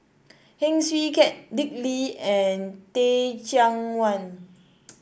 Heng Swee Keat Dick Lee and Teh Cheang Wan